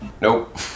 Nope